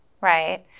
right